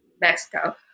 Mexico